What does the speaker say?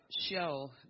show